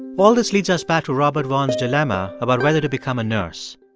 all this leads us back to robert vaughn's dilemma about whether to become a nurse.